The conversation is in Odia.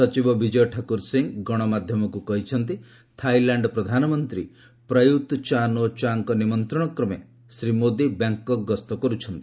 ସଚିବ ବିଜୟ ଠାକୁର ସିଂ ଗଣମାଧ୍ୟମକୁ କହିଛନ୍ତି ଥାଇଲାଣ୍ଡ ପ୍ରଧାନମନ୍ତ୍ରୀ ପ୍ରୟୁତ୍ ଚାନ ଓ ଚାଙ୍କ ନିମନ୍ତ୍ରଣକ୍ରମେ ଶ୍ରୀ ମୋଦି ବ୍ୟାଙ୍କକ୍ ଗସ୍ତ କରୁଛନ୍ତି